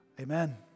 Amen